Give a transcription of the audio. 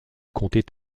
comptait